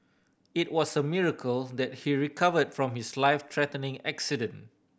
it was a miracle that he recovered from his life threatening accident